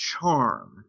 charm